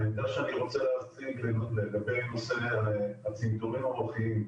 העמדה שאני רוצה להציג לגבי נושא הצנתורים המוחיים,